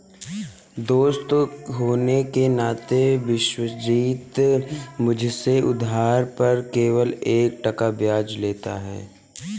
दोस्त होने के नाते विश्वजीत मुझसे उधार पर केवल एक टका ब्याज लेता है